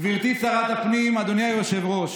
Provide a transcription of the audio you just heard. גברתי שרת הפנים, אדוני היושב-ראש,